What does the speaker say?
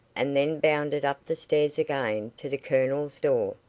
and then bounded up the stairs again to the colonel's door.